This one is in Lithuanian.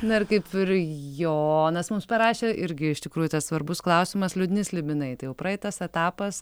na ir kaip ir jonas mums parašė irgi iš tikrųjų tas svarbus klausimas liūdni slibinai tai jau praeitas etapas